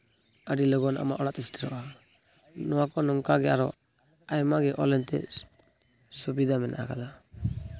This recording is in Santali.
ᱟᱹᱰᱤ ᱞᱚᱜᱚᱱ ᱟᱢᱟᱜ ᱚᱲᱟᱜᱛᱮ ᱥᱮᱴᱮᱨᱚᱜᱼᱟ ᱱᱚᱣᱟ ᱠᱚ ᱱᱚᱝᱠᱟᱜᱮ ᱟᱨᱚ ᱟᱭᱢᱟᱜᱮ ᱚᱱᱞᱟᱭᱤᱱ ᱛᱮ ᱥᱩᱵᱤᱫᱷᱟ ᱢᱮᱱᱟᱜ ᱟᱠᱟᱫᱟ